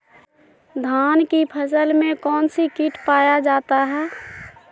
धान की फसल में कौन सी किट पाया जाता है?